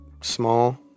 small